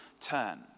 turn